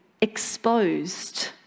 exposed